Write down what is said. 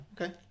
Okay